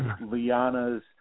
Liana's